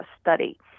study